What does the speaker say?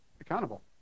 accountable